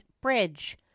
Bridge